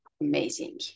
amazing